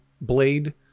blade